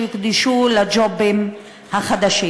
שהוקדשו לג'ובים החדשים,